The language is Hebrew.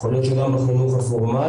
יכול להיות שגם בחינוך הפורמלי,